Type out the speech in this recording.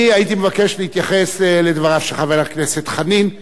אני הייתי מבקש להתייחס לדבריו של חבר הכנסת חנין,